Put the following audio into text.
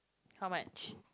how much